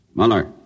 Muller